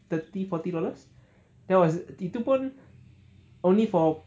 thirty forty dollars that was itu pun only for